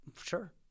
sure